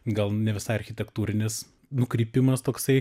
gal ne visai architektūrinis nukrypimas toksai